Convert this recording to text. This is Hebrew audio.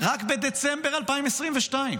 רק בדצמבר 2022,